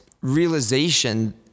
realization